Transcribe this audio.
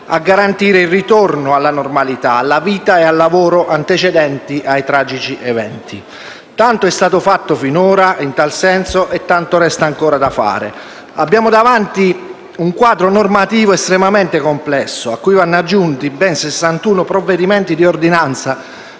a garantire il ritorno alla normalità, alla vita e al lavoro antecedenti ai tragici eventi. Tanto è stato fatto finora in tal senso e tanto resta ancora da fare. Abbiamo davanti un quadro normativo estremamente complesso a cui vanno aggiunti ben 61 provvedimenti di ordinanza